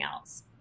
else